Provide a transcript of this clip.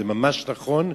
זה ממש נכון,